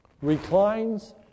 reclines